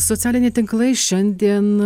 socialiniai tinklai šiandien